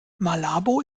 malabo